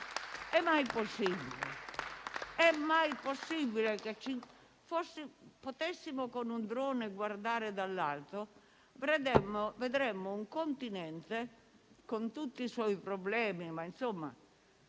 è mai possibile? È mai possibile? Se potessimo con un drone guardare dall'alto vedremmo un continente con tutti i suoi problemi, ormai